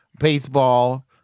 baseball